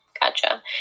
gotcha